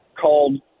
called